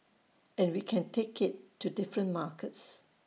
and we can take IT to different markets